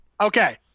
Okay